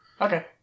Okay